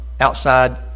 outside